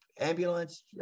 ambulance